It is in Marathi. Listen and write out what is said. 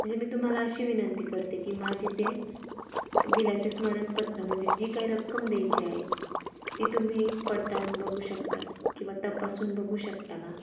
म्हणजे मी तुम्हाला अशी विनंती करते की माझे ते बिलाचे स्मरणपत्र म्हणजे जी काय रक्कम द्यायची आहे ती तुम्ही पडताळून बघू शकता किंवा तपासून बघू शकता का